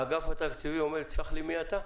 אגף תקציבים אומר לך, סלח לי, מי אתה?